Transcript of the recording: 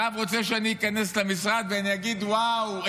הרב רוצה שאני איכנס למשרד ואני אגיד: וואו,